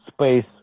space